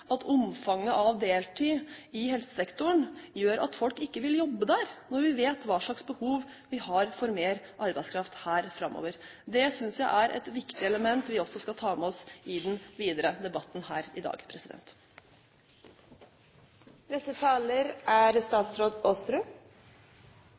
at omfanget av deltid i helsesektoren gjør at folk ikke vil jobbe der, når vi vet hva slags behov vi har for mer arbeidskraft her framover. Det synes jeg er et viktig element vi også skal ta med oss i den videre debatten her i dag. Jeg er